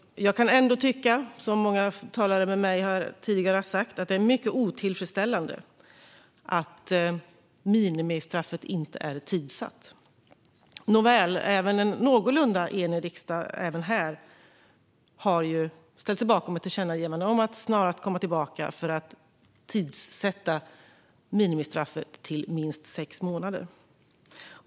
Jag kan ändå tycka att det är mycket otillfredsställande att minimistraffet inte är tidssatt. Även här har dock en någorlunda enig riksdag ställt sig bakom ett tillkännagivande om att regeringen snarast ska återkomma med förslag om att tidssätta straffet till minst sex månader.